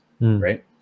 right